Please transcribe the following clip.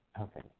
Okay